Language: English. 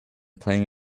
playing